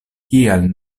kial